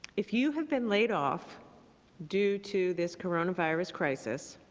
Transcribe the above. if you have been laid off due to this coronavirus crisis,